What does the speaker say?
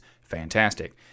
fantastic